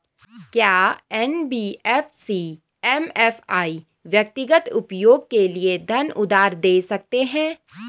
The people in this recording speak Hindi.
क्या एन.बी.एफ.सी एम.एफ.आई व्यक्तिगत उपयोग के लिए धन उधार दें सकते हैं?